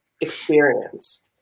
experience